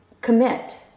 Commit